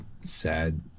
sad